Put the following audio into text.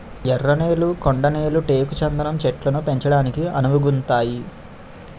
ఎర్ర నేళ్లు కొండ నేళ్లు టేకు చందనం చెట్లను పెంచడానికి అనువుగుంతాయి